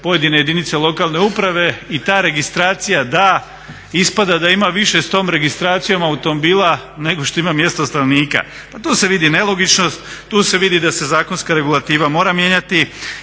pojedine jedinice lokalne uprave i ta registracija DA, ispada da ima više s tom registracijom automobila nego što ima mjesto stanovnika. Pa tu se vidi nelogičnost, tu se vidi da se zakonska regulativa mora mijenjati,